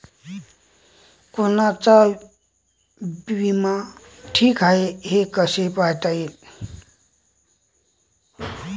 कोनचा बिमा ठीक हाय, हे कस पायता येईन?